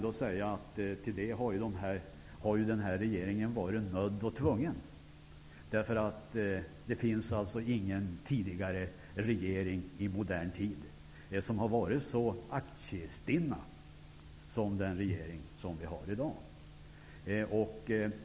Men till detta har ju den här regeringen varit nödd och tvungen. Det finns alltså ingen tidigare regering som under modern tid har varit så aktiestinn som dagens regering.